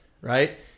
right